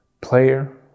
player